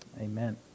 Amen